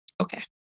okay